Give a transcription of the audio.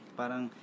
parang